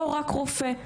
לא רק רופא.